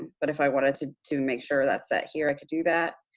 but if i wanted to to make sure that's set here, i can do that.